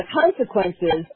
consequences